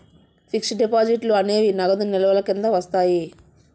fixed డిపాజిట్లు అనేవి నగదు నిల్వల కింద వస్తాయి